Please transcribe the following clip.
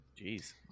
Jeez